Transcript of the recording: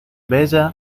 vella